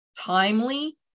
timely